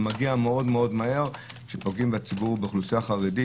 זה מגיע מהר כשפוגעים בציבור באוכלוסייה חרדית